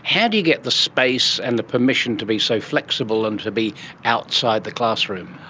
how do you get the space and the permission to be so flexible and to be outside the classroom?